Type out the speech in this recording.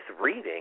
reading